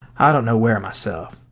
i don't know where myself.